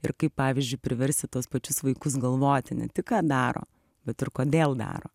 ir kaip pavyzdžiui priversti tuos pačius vaikus galvoti ne tik ką daro bet ir kodėl daro